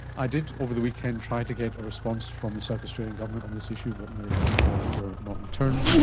i did over the weekend try to get a response from the south australian government on this issue but my phone calls were not returned,